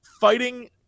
fighting